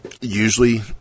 Usually